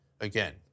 again